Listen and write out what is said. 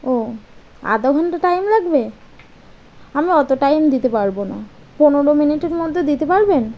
ও আধা ঘন্টা টাইম লাগবে আমি অত টাইম দিতে পারবো না পনেরো মিনিটের মধ্যে দিতে পারবেন